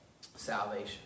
salvation